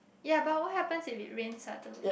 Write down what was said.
ya but what happens if it rain suddenly